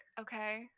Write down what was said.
okay